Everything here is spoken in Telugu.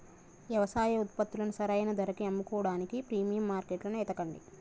యవసాయ ఉత్పత్తులను సరైన ధరకి అమ్ముకోడానికి ప్రీమియం మార్కెట్లను ఎతకండి